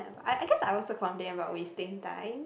I I guess I was complain about wasting time